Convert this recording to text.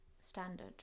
Standard